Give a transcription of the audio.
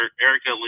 Erica